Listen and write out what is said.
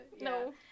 No